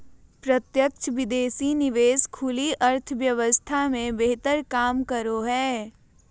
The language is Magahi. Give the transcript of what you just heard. प्रत्यक्ष विदेशी निवेश खुली अर्थव्यवस्था मे बेहतर काम करो हय